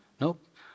nope